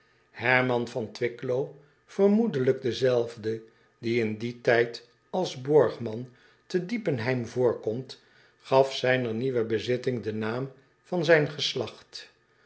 erman van wicklo vermoedelijk dezelfde die in dien tijd als borgman te iepenheim voorkomt gaf zijner nieuwe bezitting den naam van zijn geslacht